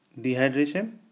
dehydration